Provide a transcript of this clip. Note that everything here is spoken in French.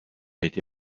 été